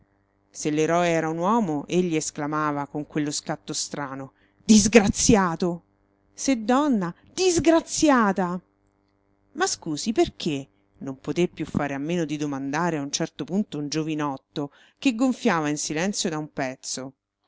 se l'eroe era un uomo egli esclamava con quello scatto strano disgraziato se donna disgraziata ma scusi perché non poté più fare a meno di domandare a un certo punto un giovinotto che gonfiava in silenzio da un pezzo